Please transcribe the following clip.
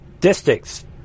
districts